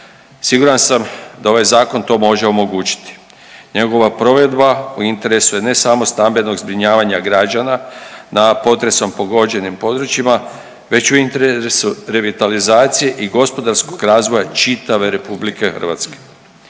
Siguran sam da ovaj zakon to može omogućiti. Njegova provedba u interesu je ne samo stambenog zbrinjavanja građana na potresom pogođenim područjima već u interesu revitalizacije i gospodarskog razvoja čitave RH. Slijedom